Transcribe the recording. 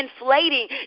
inflating